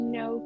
no